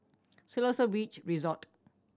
Siloso Beach Resort